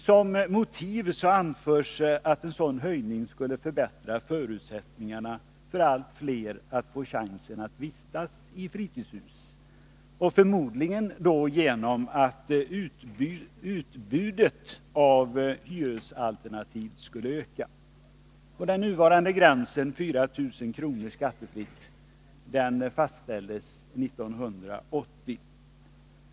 Som motiv anförs att en sådan höjning skulle förbättra förutsättningarna för allt fler att få chansen att vistas i fritidshus, förmodligen genom att utbudet av hyresalternativ skulle öka. Den nuvarande gränsen 4 000 kr. skattefritt fastställdes 1980.